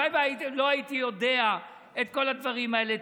הלוואי ולא הייתי יודע את כל הדברים האלה,